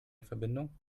verbindung